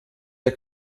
der